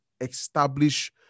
establish